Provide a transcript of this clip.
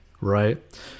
right